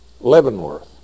Leavenworth